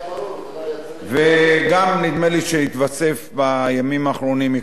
וגם נדמה לי שבימים האחרונים התווסף מקרה נוסף,